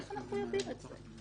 איך אנחנו יודעים את זה?